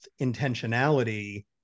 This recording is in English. intentionality